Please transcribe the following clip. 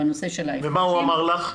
ומה הוא אמר לך?